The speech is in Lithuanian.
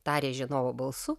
tarė žinovo balsu